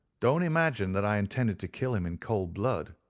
don't imagine that i intended to kill him in cold blood.